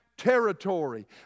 territory